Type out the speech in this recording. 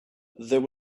there